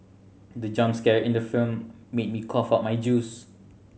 the jump scare in the film made me cough out my juice